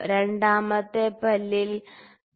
രണ്ടാമത്തെ പല്ലിൽ 3